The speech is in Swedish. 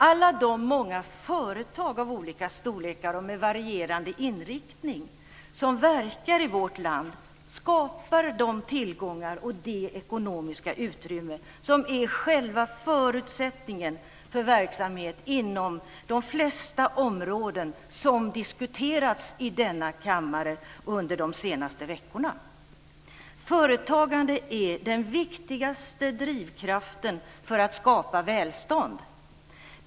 Alla de många företag av olika storlek och med varierande inriktning som verkar i vårt land skapar de tillgångar och det ekonomiska utrymme som är själva förutsättningen för verksamhet inom de flesta områden som diskuterats i denna kammare under de senaste veckorna. Företagande är den viktigaste drivkraften för att skapa välstånd.